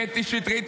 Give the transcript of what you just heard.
קטי שטרית,